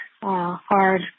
hard